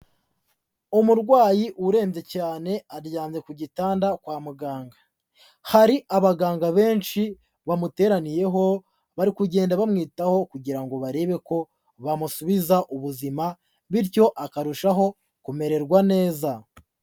Umurwayi urembye cyane aryamye ku gitanda kwa muganga, hari abaganga benshi bamuteraniyeho bari kugenda bamwitaho kugira ngo barebe ko bamusubiza ubuzima bityo akarushaho kumererwa neza.